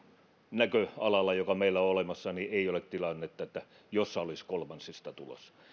näköalalla joka meillä on olemassa ei ole tilannetta jossa sellainen olisi kolmansista tulossa